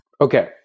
Okay